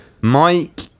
Mike